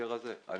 אני